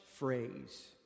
Phrase